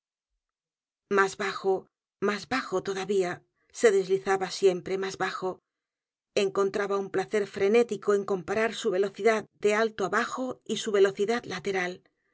más bajo más bajo todavía se deslizaba siempre más bajo encontraba un placer frenético en comparar su velocidad de alto á bajo y su velocidad lateral